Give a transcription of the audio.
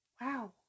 Wow